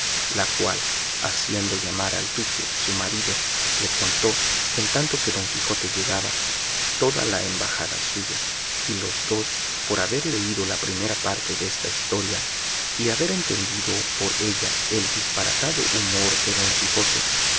la cual haciendo llamar al duque su marido le contó en tanto que don quijote llegaba toda la embajada suya y los dos por haber leído la primera parte desta historia y haber entendido por ella el disparatado humor de don quijote